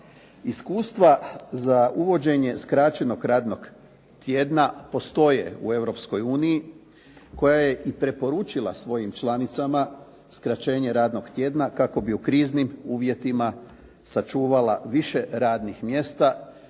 Iskustva za uvođenje skraćenog radnog tjedna postoje u Europskoj uniji koja je i preporučila svojim članicama skraćenje radnog tjedna kako bi u kriznim uvjetima sačuvala više radnih mjesta,